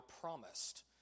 promised